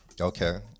Okay